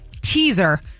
teaser